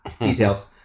details